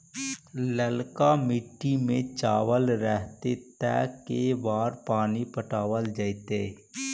ललका मिट्टी में चावल रहतै त के बार पानी पटावल जेतै?